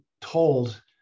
told